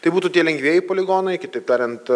tai būtų tie lengvieji poligonai kitaip tariant